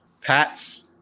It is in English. pat's